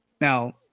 Now